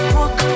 walk